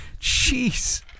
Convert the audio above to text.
Jeez